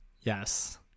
yes